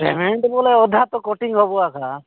payment ବୋଲେ ଅଧା ତ କଟିଙ୍ଗ ହେବ ଏକା